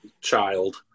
child